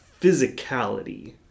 physicality